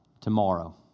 Tomorrow